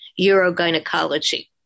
urogynecology